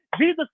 jesus